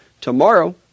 tomorrow